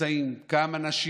כאן הם נמצאים,